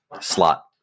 slot